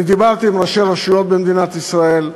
אני דיברתי עם ראשי רשויות במדינת ישראל,